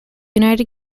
united